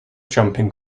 jumping